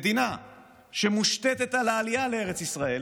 מדינה שמושתתת על העלייה לארץ ישראל,